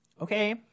Okay